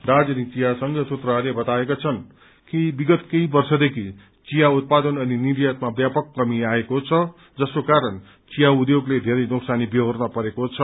दार्जीलिङ चिया संघ सूत्रहरूले बताएका छन् कि विगत केही वर्षदेखि चिया उत्पादन अनि निर्यातमा ब्यापक कमी आएको छ जसको कारण चिया उध्योगले धेरै नोक्सानी बेहोर्न परेको छ